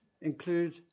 include